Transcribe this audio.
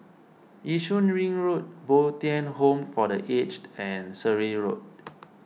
Yishun Ring Road Bo Tien Home for the Aged and Surrey Road